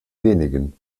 wenigen